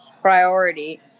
priority